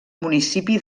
municipi